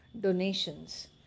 donations